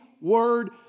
word